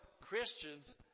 Christians